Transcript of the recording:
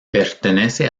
pertenece